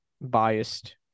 biased